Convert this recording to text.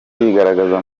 yigaragaza